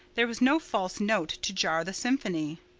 there was no false note to jar the symphony.